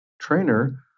trainer